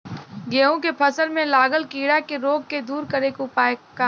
गेहूँ के फसल में लागल कीड़ा के रोग के दूर करे के उपाय का बा?